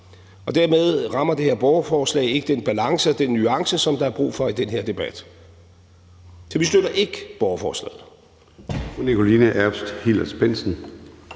Dermed rammer det her borgerforslag ikke den balance og den nuance, som der er brug for i den her debat. Så vi støtter ikke borgerforslaget.